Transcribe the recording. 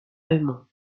allemand